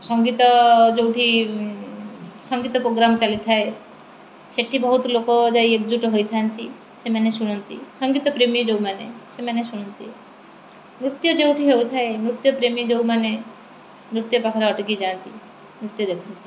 ସଙ୍ଗୀତ ଯୋଉଠି ସଙ୍ଗୀତ ପ୍ରୋଗ୍ରାମ୍ ଚାଲିଥାଏ ସେଠି ବହୁତ ଲୋକ ଯାଇ ଏକଜୁଟ୍ ହୋଇଥାନ୍ତି ସେମାନେ ଶୁଣନ୍ତି ସଙ୍ଗୀତ ପ୍ରେମୀ ଯୋଉମାନେ ସେମାନେ ଶୁଣନ୍ତି ନୃତ୍ୟ ଯୋଉଠି ହେଉଥାଏ ନୃତ୍ୟପ୍ରେମୀ ଯୋଉମାନେ ନୃତ୍ୟ ପାଖରେ ଅଟକି ଯାଆନ୍ତି ନୃତ୍ୟ ଦେଖନ୍ତି